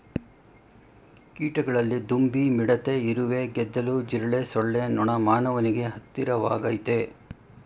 ಕೀಟಗಳಲ್ಲಿ ದುಂಬಿ ಮಿಡತೆ ಇರುವೆ ಗೆದ್ದಲು ಜಿರಳೆ ಸೊಳ್ಳೆ ನೊಣ ಮಾನವನಿಗೆ ಹತ್ತಿರವಾಗಯ್ತೆ